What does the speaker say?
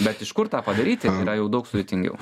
bet iš kur tą padaryti yra jau daug sudėtingiau